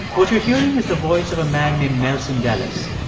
what you're hearing is the voice of a man named nelson dellis.